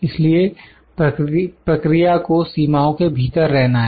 इसलिए प्रक्रिया को सीमाओं के भीतर रहना है